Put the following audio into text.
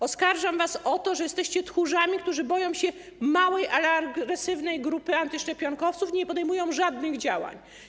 Oskarżam was o to, że jesteście tchórzami, którzy boją się małej, ale agresywnej grupy antyszczepionkowców i nie podejmują żadnych działań.